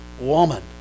woman